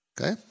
Okay